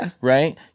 right